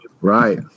Right